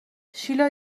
شیلا